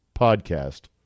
podcast